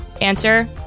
Answer